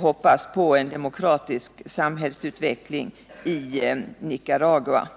hoppas på en demokratisk samhällsutveckling i Nicaragua.